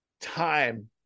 time